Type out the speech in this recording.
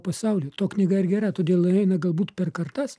pasaulį to knyga ir gera todėl ir eina galbūt per kartas